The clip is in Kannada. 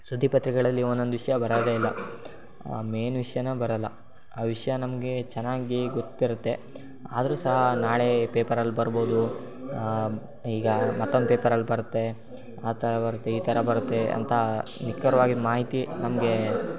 ಸುದ್ದಿಪತ್ರಿಕೆಗಳಲ್ಲಿ ಒಂದೊಂದ್ ವಿಷಯ ಬರೋದೇ ಇಲ್ಲ ಮೇನ್ ವಿಷ್ಯನೇ ಬರೊಲ್ಲ ಆ ವಿಷಯ ನಮಗೆ ಚೆನ್ನಾಗಿ ಗೊತ್ತಿರುತ್ತೆ ಆದರೂ ಸಹ ನಾಳೆ ಪೇಪರಲ್ಲಿ ಬರ್ಬೋದು ಈಗ ಮತ್ತೊಂದು ಪೇಪರಲ್ಲಿ ಬರುತ್ತೆ ಆ ಥರ ಬರುತ್ತೆ ಈ ಥರ ಬರುತ್ತೆ ಅಂತ ನಿಖರವಾಗಿದ್ದ ಮಾಹಿತಿ ನಮಗೆ